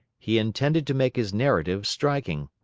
he intended to make his narrative striking.